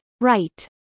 Right